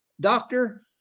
doctor